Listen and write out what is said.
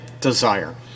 desire